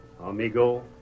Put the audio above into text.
Amigo